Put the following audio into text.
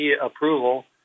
approval